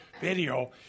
video